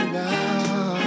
now